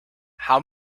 how